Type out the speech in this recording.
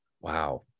Wow